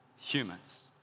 humans